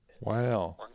wow